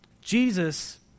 Jesus